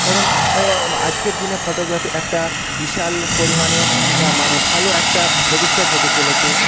কারণ এই আজকের দিনে ফটোগ্রাফি একটা বিশাল পরিমাণে না মানে ভালো একটা ভবিষ্যৎ হতে চলেছে